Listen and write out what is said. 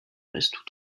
restent